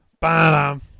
bam